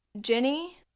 Jenny